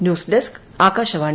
news desk Akashvani